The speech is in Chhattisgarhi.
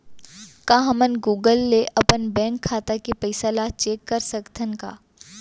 का हमन गूगल ले अपन बैंक खाता के पइसा ला चेक कर सकथन का?